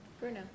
Bruno